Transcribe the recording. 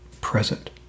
present